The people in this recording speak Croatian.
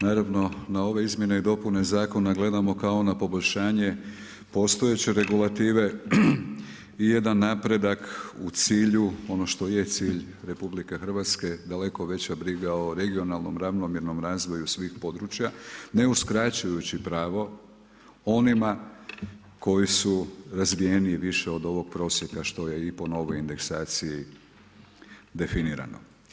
Naravno na ove izmjene i dopune zakona gledamo kao na poboljšanje postojeće regulative i jedan napredak u cilju ono što je cilj Republike Hrvatske daleko veća briga o regionalnom, ravnomjernom razvoju svih područja, ne uskraćujući pravo onima koji su razvijeniji više od ovog prosjeka što je i po novoj indeksaciji definirano.